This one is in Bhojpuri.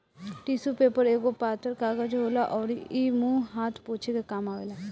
टिशु पेपर एगो पातर कागज होला अउरी इ मुंह हाथ पोछे के काम आवेला